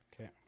okay